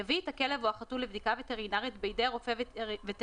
יביא את הכלב או החתול לבדיקה וטרינרית בידי רופא וטרינר